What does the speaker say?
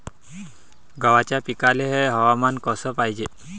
गव्हाच्या पिकाले हवामान कस पायजे?